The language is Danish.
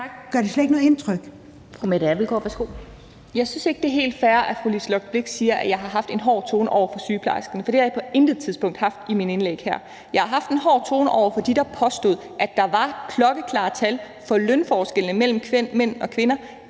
Jeg synes ikke, det er helt fair, at fru Liselott Blixt siger, at jeg har haft en hård tone over for sygeplejerskerne, for det har jeg på intet tidspunkt haft i mine indlæg her. Jeg har haft en hård tone over for dem, der påstod, at der var klokkeklare tal for lønforskellene mellem mænd og kvinder